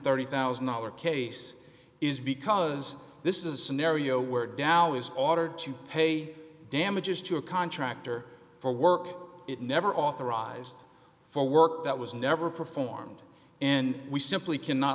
thirty thousand dollars case is because this is a scenario where dow is autor to pay damages to a contractor for work it never authorized for work that was never performed and we simply cannot